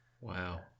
wow